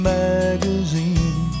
magazine